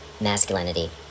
masculinity